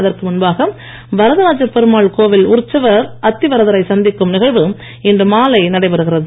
அதற்கு முன்பாக வரதராஜ கோவில் உற்சவர் அத்திவரதரை சந்திக்கும் நிகழ்வு இன்று மாலை நடைபெறுகிறது